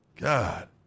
God